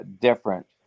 different